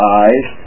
eyes